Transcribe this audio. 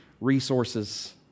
resources